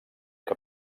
que